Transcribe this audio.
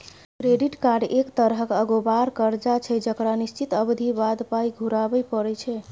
credit card एक तरहक अगोबार करजा छै जकरा निश्चित अबधी बाद पाइ घुराबे परय छै